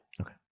Okay